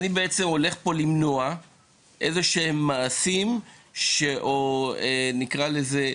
אני בעצם הולך פה למנוע מעשים שנקרא לזה,